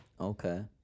Okay